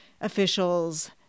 officials